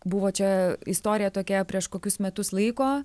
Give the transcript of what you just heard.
buvo čia istorija tokia prieš kokius metus laiko